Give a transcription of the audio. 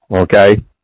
okay